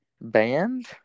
band